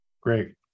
Great